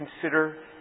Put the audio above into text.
consider